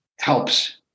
helps